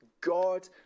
God